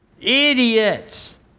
Idiots